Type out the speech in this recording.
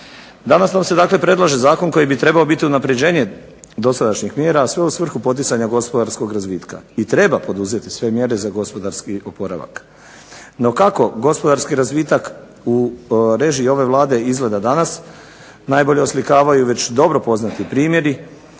Danas nam se dakle predlaže zakon koji bi trebao biti unapređenje dosadašnjih mjera, a sve u svrhu poticanja gospodarskog razvitka. I treba poduzeti sve mjere za gospodarski oporavak. No, kako gospodarski razvitak u režiji ove Vlade izgleda danas najbolje oslikavaju već dobro poznati primjeri.